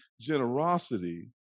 generosity